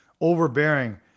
overbearing